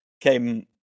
came